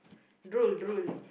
drool drool